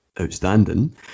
outstanding